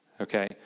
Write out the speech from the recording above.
Okay